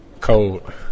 cold